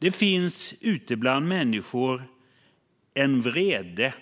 Det finns ute bland människor en vrede